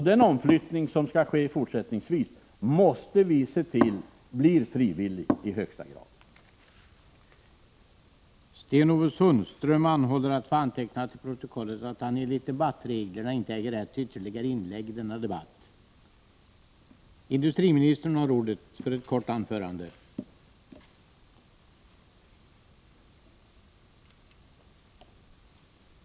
Den omflyttning som skall ske i fortsättningen måste vi se till blir i högsta grad frivillig.